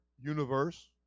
universe